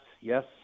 yes